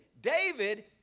David